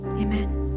Amen